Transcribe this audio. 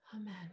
Amen